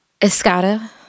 Escada